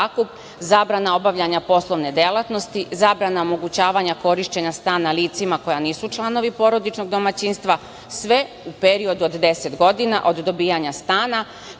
zabrana obavljanja poslovne delatnosti, zabrana omogućavanja korišćenja stana licima koja nisu članovi porodičnog domaćinstva, a sve u periodu od 10 godina od dobijanja stana,